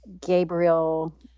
Gabriel